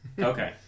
Okay